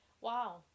wow